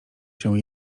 się